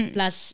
Plus